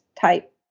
type